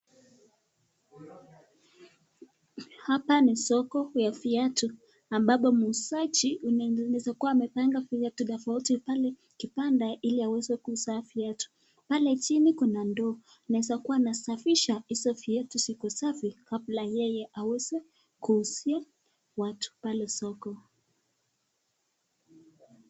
Hapa ni soko ya viatu ambapo muzaji anaweza kuwa amepanga viatu tofauti pale kibanda ili aweze kuuza viatu. Pale chini kuna ndoo, naweza kuwa anasafisha hizo viatu zikuwe safi kabla yeye aweze kuuzia watu pale soko.